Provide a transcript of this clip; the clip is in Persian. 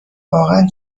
واقعن